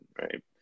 right